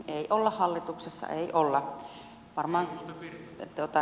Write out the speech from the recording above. ei olla hallituksessa ei olla